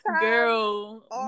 girl